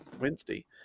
Wednesday